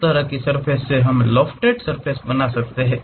उस तरह की सर्फ़ेस को हम लॉफ्टेड सरफेस कहते हैं